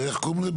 איך קוראים לזה?